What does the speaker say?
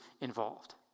involved